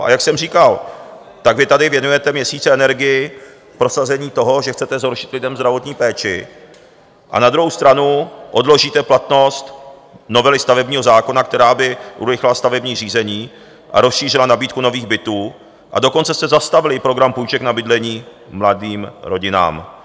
A jak jsem říkal, tak vy tady věnujete měsíc energii k prosazení toho, že chcete zhoršit lidem zdravotní péči, a na druhou stranu odložíte platnost novely stavebního zákona, která by urychlila stavební řízení a rozšířila nabídku nových bytů, a dokonce jste zastavili i program půjček na bydlení mladým rodinám.